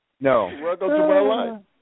No